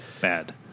Bad